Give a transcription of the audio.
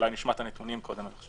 אולי נשמע את הנתונים קודם.